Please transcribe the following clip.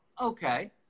okay